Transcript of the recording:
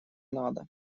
надо